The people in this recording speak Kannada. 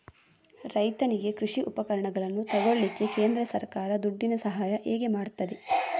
ರೈತನಿಗೆ ಕೃಷಿ ಉಪಕರಣಗಳನ್ನು ತೆಗೊಳ್ಳಿಕ್ಕೆ ಕೇಂದ್ರ ಸರ್ಕಾರ ದುಡ್ಡಿನ ಸಹಾಯ ಹೇಗೆ ಮಾಡ್ತದೆ?